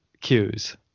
cues